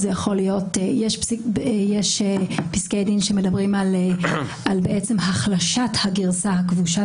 יש פסקי דין שמדברים על החלשת הגרסה הכבושה.